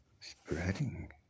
spreading